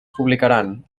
publicaran